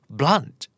blunt